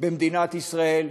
במדינת ישראל,